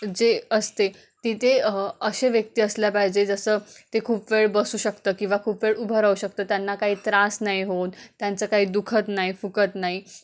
जे असते तिथे असे व्यक्ती असल्या पाहिजे जसं ते खूप वेळ बसू शकतं किंवा खूप वेळ उभं राहू शकतं त्यांना काही त्रास नाही होत त्यांचं काही दुखत नाही फुकत नाही